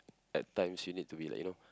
at times you need to be like you know